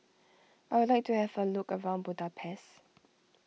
I would like to have a look around Budapest